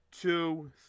two